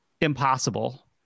impossible